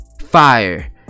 Fire